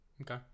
Okay